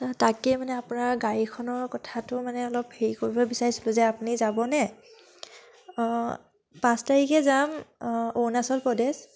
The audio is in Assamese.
তাকে মানে আপোনাৰ গাড়ীখনৰ কথাটো মানে অলপ হেৰি কৰিব বিচাৰিছিলোঁ যে আপুনি যাবনে অঁ পাঁচ তাৰিখে যাম অৰুণাচল প্ৰদেশ